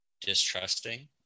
distrusting